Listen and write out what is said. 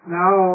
now